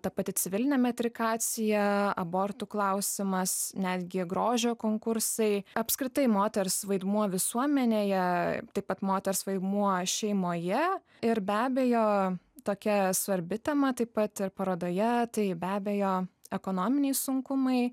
ta pati civilinė metrikacija abortų klausimas netgi grožio konkursai apskritai moters vaidmuo visuomenėje taip pat moters vaidmuo šeimoje ir be abejo tokia svarbi tema taip pat ir parodoje tai be abejo ekonominiai sunkumai